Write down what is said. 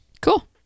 Cool